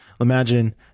imagine